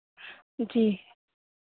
जी